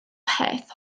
peth